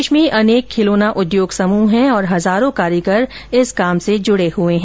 देश में अनेक खिलौनों उद्योग समूह हैं और हजारों कारीगर इस काम से जूड़े हैं